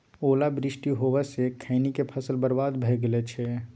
ओला वृष्टी होबा स खैनी के फसल बर्बाद भ गेल अछि?